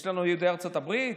יש לנו יהודי ארצות הברית,